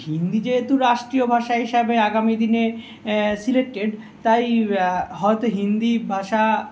হিন্দি যেহেতু রাষ্ট্রীয় ভাষা হিসাবে আগামী দিনের সিলেকটেড তাই হয়তো হিন্দি ভাষা